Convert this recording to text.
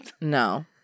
No